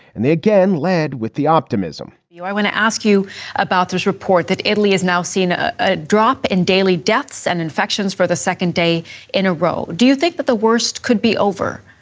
and they again led with the optimism i want to ask you about this report that italy has now seen a drop in daily deaths and infections for the second day in a row. do you think that the worst could be over?